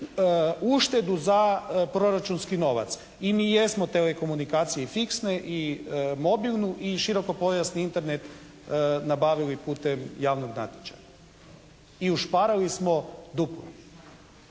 uštedu za proračunski novac. I mi jesmo telekomunikacije fiksne i mobilnu i široko pojasni Internet nabavili putem javnog natječaja. I ušparali smo duplo.